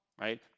Right